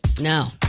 No